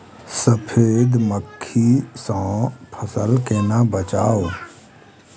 सफेद मक्खी सँ फसल केना बचाऊ?